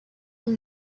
ont